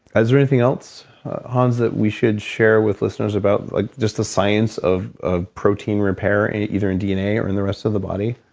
ah is there anything else that we should share with listeners about ah just the science of of protein repair, and either in dna or in the rest of the body?